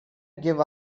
give